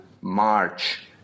March